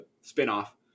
spin-off